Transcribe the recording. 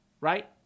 right